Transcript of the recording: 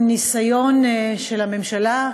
עם ניסיון של הממשלה,